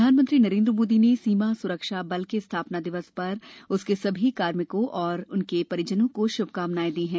प्रधानमंत्री नरेंद्र मोदी ने सीमा सुरक्षा बल के स्थापना दिवस पर उसके सभी कार्मिकों और उनके परिवारों को शुभकामनाएं दीं हैं